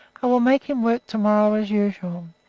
i will make him work to-morrow as usual.